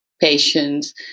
patients